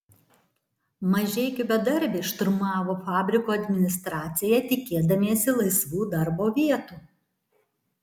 mažeikių bedarbiai šturmavo fabriko administraciją tikėdamiesi laisvų darbo vietų